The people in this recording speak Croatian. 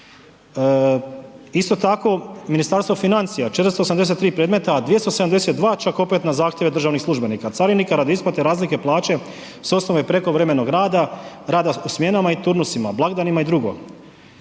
Isto tako Ministarstvo financija, 483 predmeta, a 272 čak opet na zahtjeve državnih službenika carinika radi isplate razlike plaće s osnove prekovremenog rada, rada u smjenama i turnusima, blagdanima i drugo,